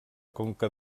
conca